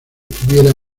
tuviera